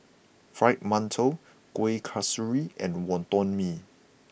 Fried Mantou Kuih Kasturi and Wonton Mee